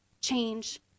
change